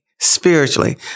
Spiritually